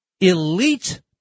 elite